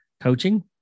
coaching